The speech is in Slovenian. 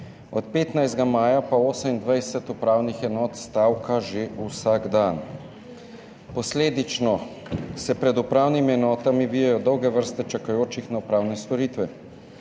Od 15. maja pa 28 upravnih enot stavka že vsak dan. Posledično se pred upravnimi enotami vijejo dolge vrste čakajočih na upravne storitve.